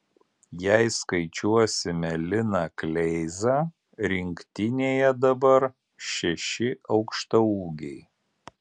jei skaičiuosime liną kleizą rinktinėje dabar šeši aukštaūgiai